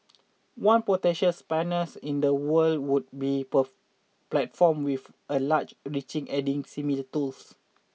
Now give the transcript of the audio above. one potential spanners in the work would be platforms with a larger reach adding similar tools